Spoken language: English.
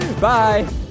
Bye